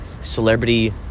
celebrity